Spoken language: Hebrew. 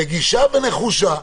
רגישה ונחושה.